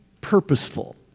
purposeful